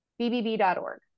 bbb.org